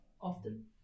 often